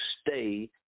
stay